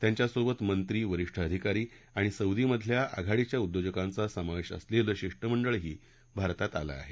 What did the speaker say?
त्यांच्यासोबत मंत्री वरीष्ठ अधिकारी आणि सौदीमधल्या आघाडीच्या उद्योजकांचा समावेश असलेलं शिष्टमंडळही भारतात आलं आहे